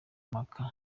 mpaka